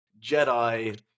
Jedi